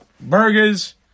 burgers